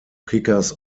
kickers